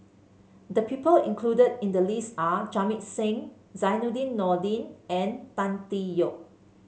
the people included in the list are Jamit Singh Zainudin Nordin and Tan Tee Yoke